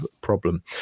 problem